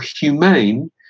humane